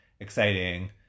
exciting